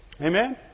Amen